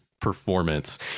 performance